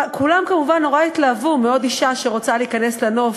כולם כמובן מאוד התלהבו מעוד אישה שרוצה להיכנס לנוף,